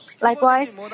Likewise